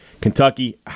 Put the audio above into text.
Kentucky